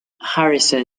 harrison